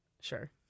Sure